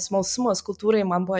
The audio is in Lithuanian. smalsumas kultūrai man buvo